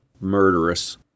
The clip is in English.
murderous